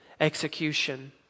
execution